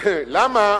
למה